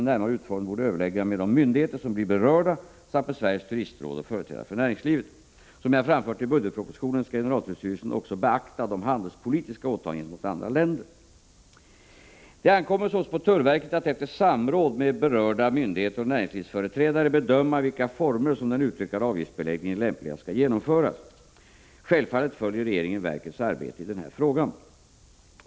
den närmare utformningen borde överlägga med de myndigheter som blir på obekväm arbets berörda samt med Sveriges turistråd och företrädare för näringslivet. Som tid jag framfört i budgetpropositionen skall generaltullstyrelsen också beakta de handelspolitiska åtagandena gentemot andra länder. Det ankommer således på tullverket att efter samråd med berörda myndigheter och näringslivsföreträdare bedöma i vilka former som den utökade avgiftsbeläggningen lämpligast skall genomföras. Självfallet följer regeringen verkets arbete i denna fråga.